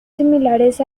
similares